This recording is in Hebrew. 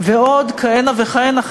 ועוד כהנה וכהנה.